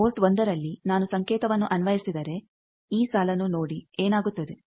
port 1ರಲ್ಲಿ ನಾನು ಸಂಕೇತವನ್ನು ಅನ್ವಯಿಸಿದರೆ ಈ ಸಾಲನ್ನು ನೋಡಿ ಏನಾಗುತ್ತದೆ